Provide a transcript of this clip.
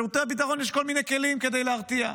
לשירותי הביטחון יש כל מיני כלים כדי להרתיע: